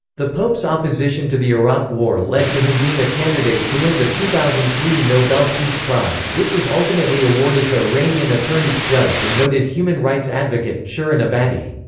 the pope's opposition to the iraq war led to him being a candidate to win the two thousand and three nobel peace prize, which was ultimately awarded to iranian attorney judge and noted human rights advocate, shirin ebadi.